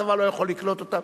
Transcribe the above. הצבא לא יכול לקלוט אותם.